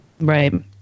right